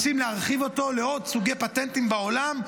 רוצים להרחיב אותו לעוד סוגי פטנטים בעולם,